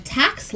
tax